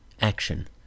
Action